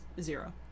zero